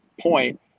point